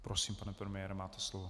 Prosím, pane premiére, máte slovo.